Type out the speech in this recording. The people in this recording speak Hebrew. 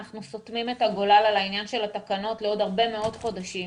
אנחנו סותמים את הגולל על העניין של התקנות לעוד הרבה מאוד חודשים.